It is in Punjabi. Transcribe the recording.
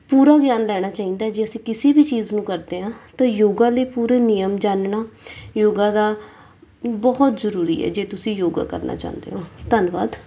ਪੂਰਾ ਗਿਆਨ ਲੈਣਾ ਚਾਹੀਦਾ ਜੇ ਅਸੀਂ ਕਿਸੇ ਵੀ ਚੀਜ਼ ਨੂੰ ਕਰਦੇ ਹਾਂ ਤਾਂ ਯੋਗਾ ਲਈ ਪੂਰੇ ਨਿਯਮ ਜਾਣਨਾ ਯੋਗਾ ਦਾ ਬਹੁਤ ਜ਼ਰੂਰੀ ਹੈ ਜੇ ਤੁਸੀਂ ਯੋਗਾ ਕਰਨਾ ਚਾਹੁੰਦੇ ਹੋ ਧੰਨਵਾਦ